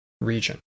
region